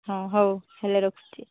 ହଁ ହଉ ହେଲେ ରଖୁଛି